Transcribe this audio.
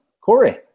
Corey